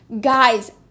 Guys